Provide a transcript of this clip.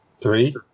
Three